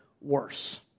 worse